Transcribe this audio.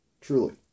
Truly